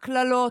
קללות,